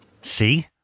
See